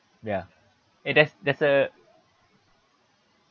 ya eh there's there's a